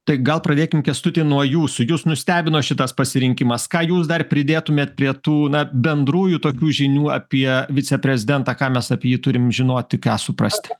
tai gal pradėkim kęstuti nuo jūsų jus nustebino šitas pasirinkimas ką jūs dar pridėtumėt prie tų na bendrųjų tokių žinių apie viceprezidentą ką mes apie jį turim žinoti ką suprasti